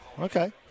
Okay